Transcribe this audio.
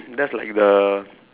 that's like the